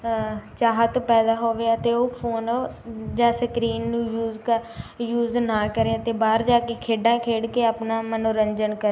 ਚਾਹਤ ਪੈਦਾ ਹੋਵੇ ਅਤੇ ਉਹ ਫੋਨ ਜਾਂ ਸਕਰੀਨ ਨੂੰ ਯੂਜ ਕ ਯੂਜ ਨਾ ਕਰੇ ਅਤੇ ਬਾਹਰ ਜਾ ਕੇ ਖੇਡਾਂ ਖੇਡ ਕੇ ਆਪਣਾ ਮਨੋਰੰਜਨ ਕਰ